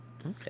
okay